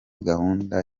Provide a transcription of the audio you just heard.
gahunda